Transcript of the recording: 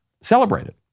celebrated